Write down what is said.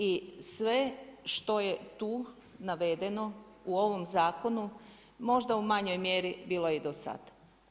I sve što je tu navedeno u ovom zakonu, možda u manjoj mjeri bilo je i dosad.